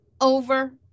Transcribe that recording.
over